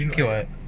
okay [what]